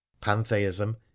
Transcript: Pantheism